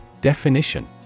Definition